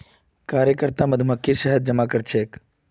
कार्यकर्ता मधुमक्खी शहद जमा करछेक